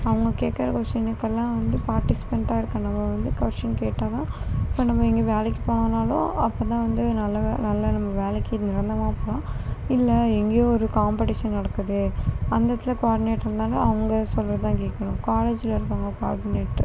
அவங்க கேட்கற கொஷினுக்கெல்லாம் வந்து பார்டிஸ்பெண்ட்டா இருக்கணும் நம்ம வந்து கொஷின் கேட்டால்தான் இப்போ நம்ம எங்கையும் வேலைக்கு போகணுன்னாலும் அப்போ தான் வந்து நல்ல வே நல்ல நமக்கு வேலைக்கு நிரந்தரமாக போகலாம் இல்லை எங்கேயோ ஒரு காம்படீஷன் நடக்குது அந்த இடத்தில் கோஆடினேட்டர் இருந்தாலும் அங்கே சொல்றத தான் கேட்கணும் காலேஜில் இருப்பாங்க கோஆடினேட்டர்